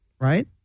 right